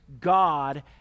God